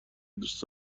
دوست